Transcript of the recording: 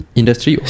industry